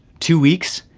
two weeks.